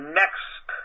next